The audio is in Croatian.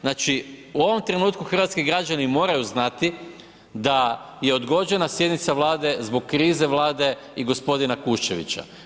Znači u ovom trenutku hrvatski građani moraju znati da je odgođena sjednica Vlade zbog krize Vlade i g. Kuščevića.